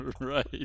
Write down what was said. Right